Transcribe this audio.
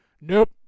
Nope